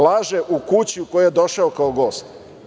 Laže u kući u koju je došao kao gost.